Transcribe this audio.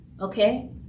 okay